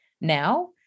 now